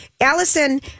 Allison